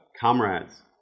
comrades